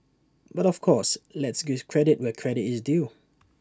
but of course let's give credit where credit is due